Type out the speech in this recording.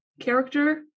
character